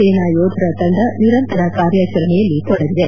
ಸೇನಾ ಯೋಧರ ತಂಡ ನಿರಂತರ ಕಾರ್ಯಾಚರಣೆಯಲ್ಲಿ ತೊಡಗಿದೆ